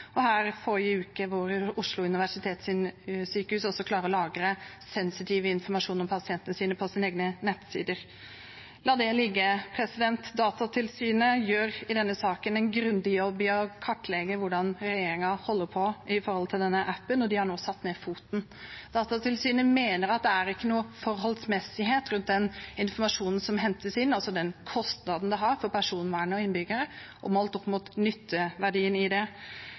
forrige uke var det en sak om at Oslo universitetssykehus hadde lagret sensitiv informasjon om pasientene sine på sine egne nettsider – men la det ligge. Datatilsynet gjør i denne saken en grundig jobb med å kartlegge hvordan regjeringen holder på med denne appen, og de har nå satt ned foten. Datatilsynet mener at det er ikke forholdsmessighet mellom den informasjonen som hentes inn, altså den kostnaden det har for personvern og innbyggere, målt mot nytteverdien i det.